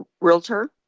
realtor